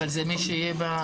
אבל זה מי שיתמודד?